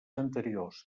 anteriors